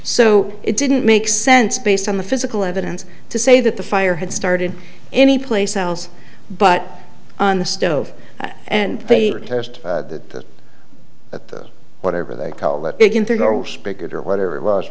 so it didn't make sense based on the physical evidence to say that the fire had started anyplace else but on the stove and they test that whatever they call that begin to go big or whatever it was